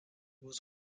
was